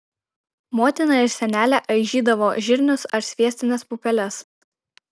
motina ir senelė aižydavo žirnius ar sviestines pupeles